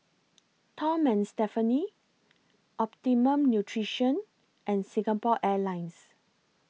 Tom and Stephanie Optimum Nutrition and Singapore Airlines